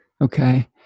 okay